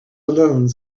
alone